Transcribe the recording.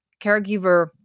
caregiver